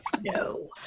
No